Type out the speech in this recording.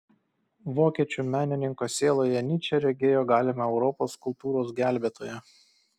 vokiečių menininko sieloje nyčė regėjo galimą europos kultūros gelbėtoją